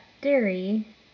dairy